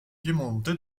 piemonte